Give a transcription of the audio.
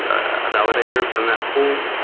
a validator from that pool,